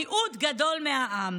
מיעוט גדול מהעם,